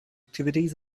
activities